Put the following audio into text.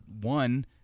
one